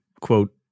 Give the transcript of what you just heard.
quote